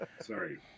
Sorry